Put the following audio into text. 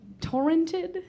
torrented